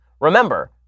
remember